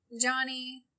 Johnny